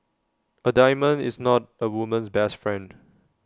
A diamond is not A woman's best friend